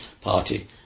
party